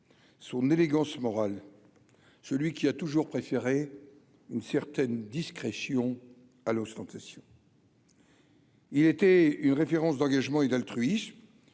son élégance morale, celui qui a toujours préféré une certaine discrétion à l'ostentation. Il était une référence d'engagement et d'altruisme